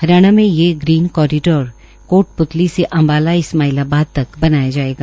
हरियाणा में यह green corridor Kotputli से अंबाला इस्माईलाबाद तक बनाया जाएगा